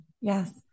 Yes